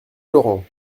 laurent